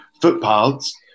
footpaths